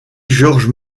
georges